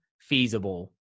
feasible